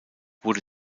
wurde